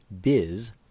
biz